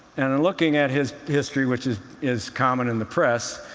and and looking at his history, which is is common in the press,